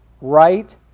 right